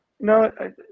No